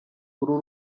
uru